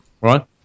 Right